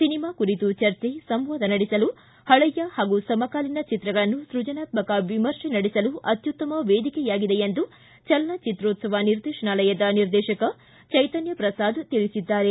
cinema ಕುರಿತು ಚರ್ಚೆ ಸಂವಾದ ನಡೆಸಲು ಹಳೆಯ ಹಾಗೂ ಸಮಕಾಲೀನ ಚಿತ್ರಗಳನ್ನು ಸೃಜನಾತ್ಮಕ ವಿಮರ್ಶೆ ನಡೆಸಲು ಅತ್ಯುತ್ತಮ ವೇದಿಕೆಯಾಗಿದೆ ಎಂದು ಚಲನಚಿತ್ರೋತ್ಸವ ನಿರ್ದೇಶನಾಲಯದ ನಿರ್ದೇಶಕ ಚೈತನ್ನ ಪ್ರಸಾದ ತಿಳಿಸಿದ್ದಾರೆ